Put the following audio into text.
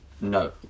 No